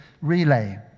relay